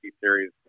series